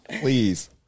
Please